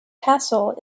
castle